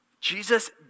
Jesus